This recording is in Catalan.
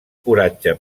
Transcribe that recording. coratge